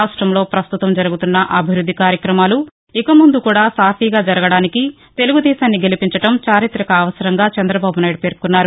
రాష్టంలో పస్తుతం జరుగుతున్న అభివృద్ది కార్యక్రమాలు ఇక ముందు కూడా సాఫీగా జరగడానికి తెలుగుదేశాన్ని గ్రామానికి గ్రామానికి సమానంగా చంద్రబాబునాయుడు పేర్కొన్నారు